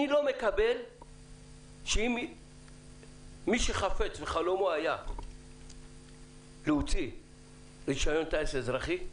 אני לא מקבל שמי שחפץ וחלומו היה להוציא רישיון טיס אזרחי,